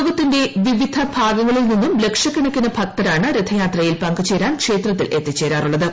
ലോകത്തിന്റെ വിവിധ ഭാഗങ്ങളിൽ നിന്നും ലക്ഷക്കണക്കിന് ഭക്തരാണ് രഥയാത്രൂയിൽ പങ്കുചേരാൻ ക്ഷേത്രത്തിലെത്തിച്ചേരാറുള്ളത്